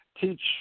teach